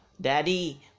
Daddy